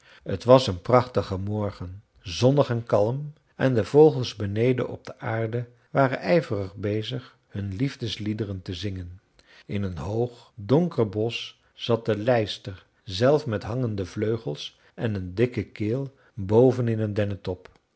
t was een prachtige morgen zonnig en kalm en de vogels beneden op de aarde waren ijverig bezig hun liefdesliederen te zingen in een hoog donker bosch zat de lijster zelf met hangende vleugels en een dikke keel boven in een dennetop